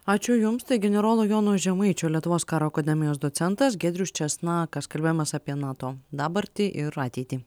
ačiū jums tai generolo jono žemaičio lietuvos karo akademijos docentas giedrius česnakas kalbėjomės apie nato dabartį ir ateitį